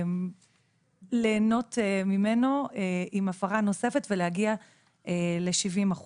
ליהנות ממנו עם הפרה נוספת ולהגיע ל-70%.